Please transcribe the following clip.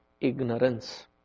ignorance